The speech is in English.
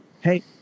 Hey